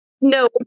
no